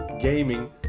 gaming